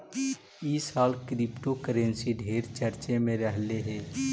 ई साल क्रिप्टोकरेंसी ढेर चर्चे में रहलई हे